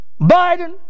Biden